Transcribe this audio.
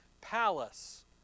palace